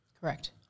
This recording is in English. Correct